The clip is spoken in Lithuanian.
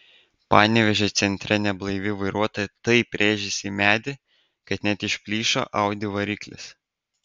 panevėžio centre neblaivi vairuotoja taip rėžėsi į medį kad net išplyšo audi variklis